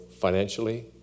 financially